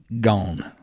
gone